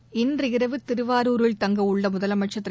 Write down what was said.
seconds இன்றிரவு திருவாரூரில் தங்கவுள்ள முதலமைச்சர் திரு